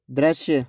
दृश्य